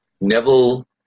Neville